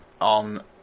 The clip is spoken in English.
on